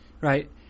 right